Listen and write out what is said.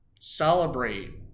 celebrate